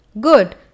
Good